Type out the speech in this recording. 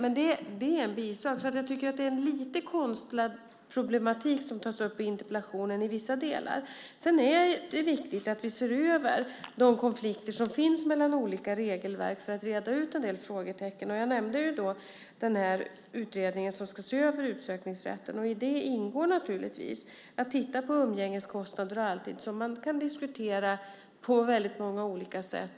Men det är en bisak. Jag tycker att det är en lite konstlad problematik som tas upp i interpellationen i vissa delar. Sedan är det viktigt att vi ser över de konflikter som finns mellan olika regelverk för att räta ut en del frågetecken. Jag nämnde ju den här utredningen som ska se över utsökningsrätten. I det ingår naturligtvis att titta på umgängeskostnader, som man alltid kan diskutera på väldigt många olika sätt.